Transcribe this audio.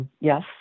Yes